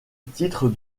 titre